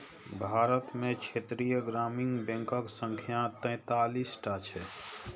भारत मे क्षेत्रीय ग्रामीण बैंकक संख्या तैंतालीस टा छै